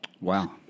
Wow